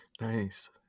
Nice